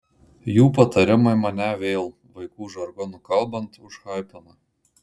jų patarimai mane vėl vaikų žargonu kalbant užhaipina